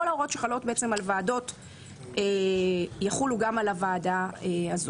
כל ההוראות שחלות בעצם על ועדות יחולו גם על הוועדה הזו.